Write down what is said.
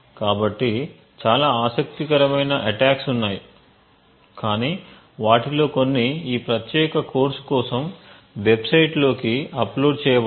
కాబట్టి చాలా ఆసక్తికరమైన అటాక్స్ ఉన్నాయి కానీ వాటిలో కొన్ని ఈ ప్రత్యేక కోర్సు కోసం వెబ్సైట్ లోకి అప్లోడ్ చేయబడతాయి